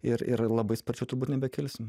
ir ir labai sparčiai turbūt nebekilsim